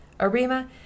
Arima